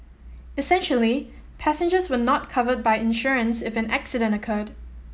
essentially passengers were not covered by insurance if an accident occurred